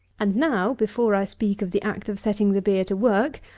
and now, before i speak of the act of setting the beer to work,